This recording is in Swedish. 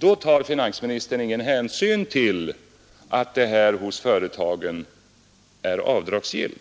tar finansministern ingen hänsyn till att löneskattehöjningen är avdragsgill för företagen.